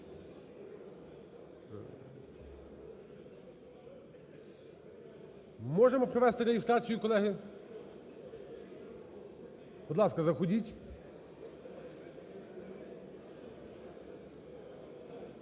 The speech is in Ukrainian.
Можемо провести реєстрацію, колеги? Будь ласка, заходьте.